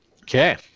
Okay